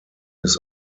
his